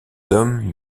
hommes